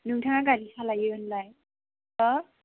नोंथाङा गारि सालायो होनलाय